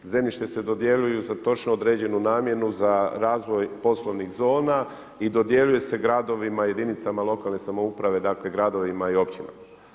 Zemljište se dodjeljuje za točno određenu namjenu, za razvoj poslovnih zona i dodjeljuje se gradovima i jedinicama lokalne samouprave dakle, gradovima i općinama.